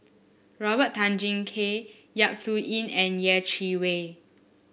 Robert Tan Jee Keng Yap Su Yin and Yeh Chi Wei